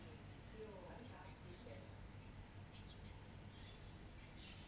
<S